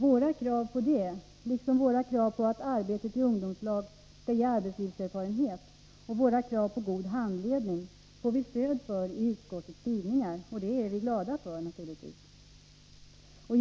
Våra krav på det liksom våra krav på att arbetet i ungdomslag skall ge arbetslivserfarenhet och våra krav på god handledning får vi stöd för i utskottets skrivningar, och det är vi naturligtvis glada för.